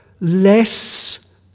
less